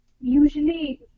usually